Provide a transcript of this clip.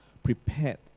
prepared